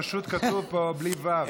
פשוט כתוב פה בלי וי"ו,